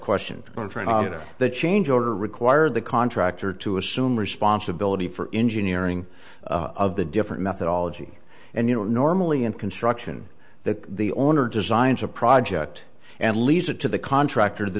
question for the change order require the contractor to assume responsibility for engineering of the different methodology and you know normally in construction that the owner designs a project and leaves it to the contractor t